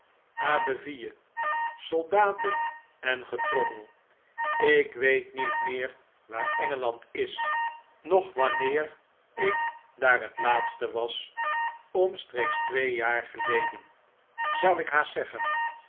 abbeville soldaten en getrommel ik weet niet meer waar engeland is noch wanneer ik daar het laatst was omstreeks twee jaar geleden zou ikhiaastzeggen